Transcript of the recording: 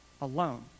alone